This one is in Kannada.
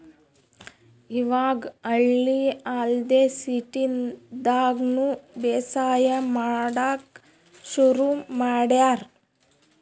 ಇವಾಗ್ ಹಳ್ಳಿ ಅಲ್ದೆ ಸಿಟಿದಾಗ್ನು ಬೇಸಾಯ್ ಮಾಡಕ್ಕ್ ಶುರು ಮಾಡ್ಯಾರ್